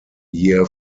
year